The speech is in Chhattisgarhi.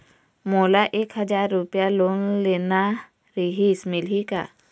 मोला एक हजार रुपया लोन लेना रीहिस, मिलही का?